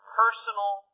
personal